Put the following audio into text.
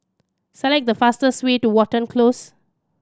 select the fastest way to Watten Close